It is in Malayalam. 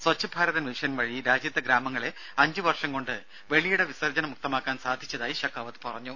സ്വച്ച് ഭാരത് മിഷൻ വഴി രാജ്യത്തെ ഗ്രാമങ്ങളെ അഞ്ചുവർഷം കൊണ്ട് വെളിയിട വിസർജ്ജന മുക്തമാക്കാൻ സാധിച്ചതായി ഷെഖാവത് പറഞ്ഞു